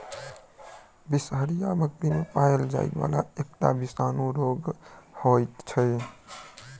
बिसरहिया बकरी मे पाओल जाइ वला एकटा जीवाणु रोग होइत अछि